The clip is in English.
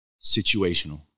situational